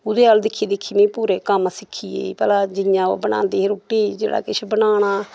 ओह्दे अल दिक्खी दिक्खी मे पूरे कम्म सिक्खी गेई भला जि'यां ओह् बनांदी ही रुट्टी जेह्ड़ा किश बनाना